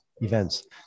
events